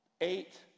eight